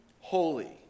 holy